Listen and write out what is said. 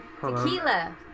Tequila